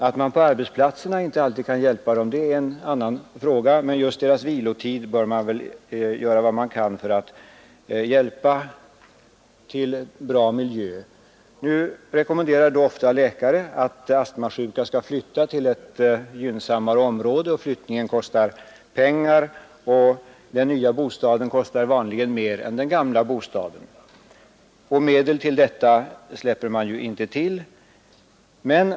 Att man på arbetsplatserna inte alltid kan hjälpa dem är en annan fråga. Man bör alltså göra allt vad som kan göras för att hjälpa dem att få en bra miljö, åtminstone i bostaden. Läkare rekommenderar ofta de astmasjuka att flytta till ett för deras hälsotillstånd gynnsammare område. Flyttningen kostar emellertid pengar, och den nya bostaden kostar vanligen mer än den gamla. Det ställs inte några medel till förfogande för detta ändamål.